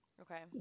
okay